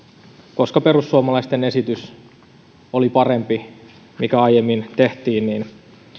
koska perussuomalaisten esitys mikä aiemmin tehtiin oli parempi niin